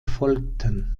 folgten